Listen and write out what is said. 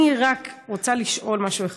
אני רק רוצה לשאול משהו אחד,